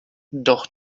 doch